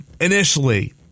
initially